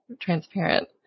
transparent